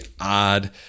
odd